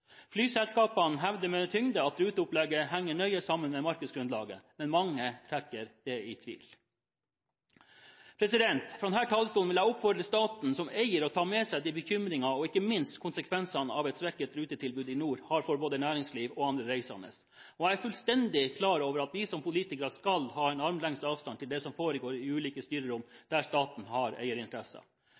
Flyselskapene hevder med tyngde at ruteopplegget henger nøye sammen med markedsgrunnlaget, men mange trekker det i tvil. Fra denne talerstolen vil jeg oppfordre staten som eier til å ta med seg de bekymringene og ikke minst de konsekvensene et svekket rutetilbud i nord har for både næringsliv og andre reisende. Jeg er fullstendig klar over at vi som politikere skal ha en armlengdes avstand til det som foregår i ulike styrerom der staten har